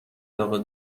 علاقه